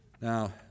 Now